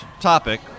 topic